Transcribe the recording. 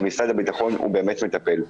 כי משרד הביטחון באמת מטפל,